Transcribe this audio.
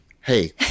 hey